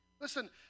Listen